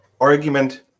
argument